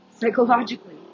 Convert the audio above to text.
psychologically